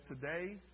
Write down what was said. today